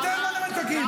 אתם מנותקים.